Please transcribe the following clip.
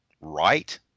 right